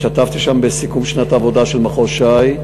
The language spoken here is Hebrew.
השתתפתי שם בסיכום שנת העבודה של מחוז ש"י,